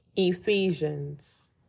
Ephesians